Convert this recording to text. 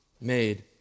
made